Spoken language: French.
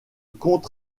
comte